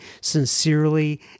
Sincerely